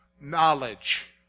Knowledge